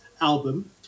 album